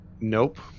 nope